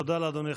תודה לאדוני.